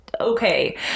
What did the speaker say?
Okay